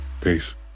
Peace